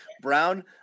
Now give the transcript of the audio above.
Brown